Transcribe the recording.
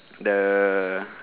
the